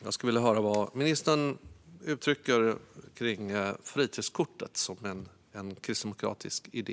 Jag skulle vilja höra vad ministern uttrycker kring fritidskortet som en kristdemokratisk idé.